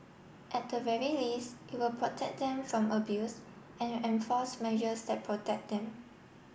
at the very least it will protect them from abuse and enforce measures that protect them